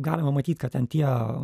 galima matyt kad ten tie